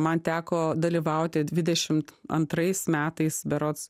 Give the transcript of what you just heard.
man teko dalyvauti dvidešimt antrais metais berods